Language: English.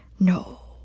no.